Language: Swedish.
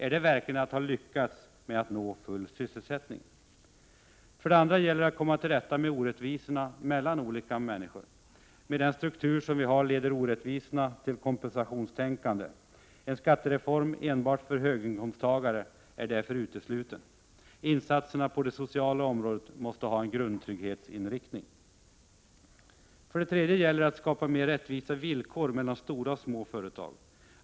Är detta verkligen att ha lyckats med att nå full sysselsättning? För det andra gäller det att komma till rätta med orättvisorna mellan människor. Den nuvarande strukturen leder till kompensationstänkande. En skattereform enbart för höginkomsttagare är därför utesluten. Insatserna på det sociala området måste ha en grundtrygghetsinriktning. För det tredje gäller det att skapa mer rättvisa villkor mellan stora och små företag.